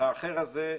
והאחר הזה,